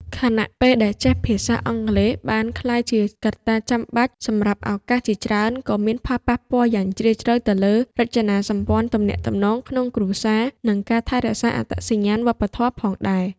ខណៈពេលដែលចេះភាសាអង់គ្លេសបានក្លាយជាកត្តាចាំបាច់សម្រាប់ឱកាសជាច្រើន ក៏មានផលប៉ះពាល់យ៉ាងជ្រាលជ្រៅទៅលើរចនាសម្ព័ន្ធទំនាក់ទំនងក្នុងគ្រួសារ និងការថែរក្សាអត្តសញ្ញាណវប្បធម៌ផងដែរ។